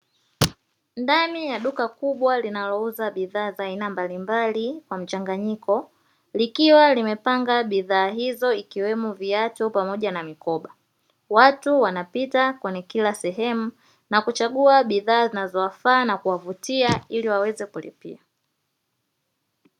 Ndani ya duka kubwa linalouza bidhaa za aina mbalimbali kwa mchanganyiko, likiwa limepanga bidhaa hizo ikiwemo viatu pamoja na mikoba. Watu wanapita kwenye kila sehemu na kuchagua bidhaa zinazowafaa na kuwavutia ili waweze kulipia.